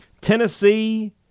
Tennessee